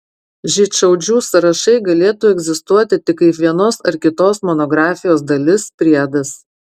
žydšaudžių sąrašai galėtų egzistuoti tik kaip vienos ar kitos monografijos dalis priedas